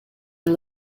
and